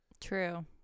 True